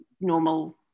normal